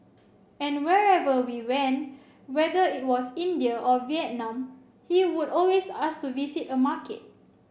and wherever we went whether it was India or Vietnam he would always ask to visit a market